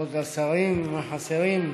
כבוד השרים החסרים,